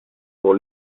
pour